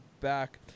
back